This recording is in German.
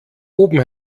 oben